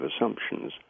assumptions